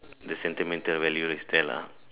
the sentimental value is there lah